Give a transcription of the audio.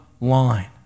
line